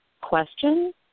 question